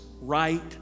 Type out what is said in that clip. right